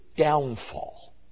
downfall